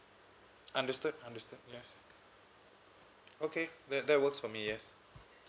understood understood yes okay that that works for me yes